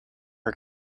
her